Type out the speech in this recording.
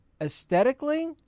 aesthetically